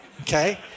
Okay